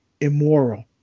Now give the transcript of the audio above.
immoral